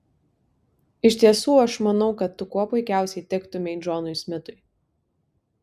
iš tiesų aš manau kad tu kuo puikiausiai tiktumei džonui smitui